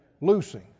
Loosing